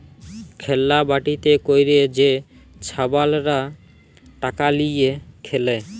খেল্লা বাটিতে ক্যইরে যে ছাবালরা টাকা লিঁয়ে খেলে